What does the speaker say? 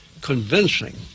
convincing